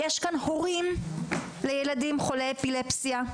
יש כאן הורים לילדים חולי אפילפסיה,